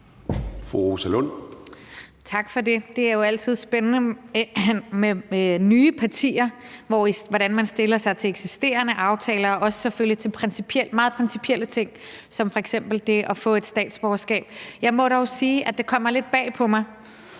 Rosa Lund (EL): Tak for det. Det er jo altid spændende med nye partier, hvordan de stiller sig til eksisterende aftaler og selvfølgelig også til meget principielle ting som f.eks. det at få et statsborgerskab. Jeg må dog sige, at det kommer lidt bag på mig,